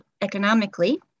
economically